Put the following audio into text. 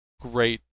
great